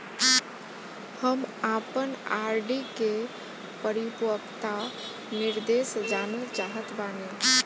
हम आपन आर.डी के परिपक्वता निर्देश जानल चाहत बानी